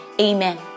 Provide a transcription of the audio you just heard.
Amen